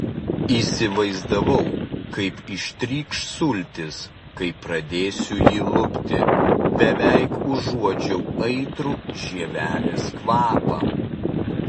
įsivaizdavau kaip ištrykš sultys kai pradėsiu jį lupti beveik užuodžiau aitrų žievelės kvapą